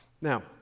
Now